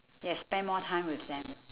yes spend more time with them